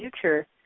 future